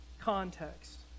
context